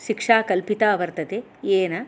शिक्षा कल्पिता वर्तते येन